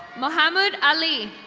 mohammad ali.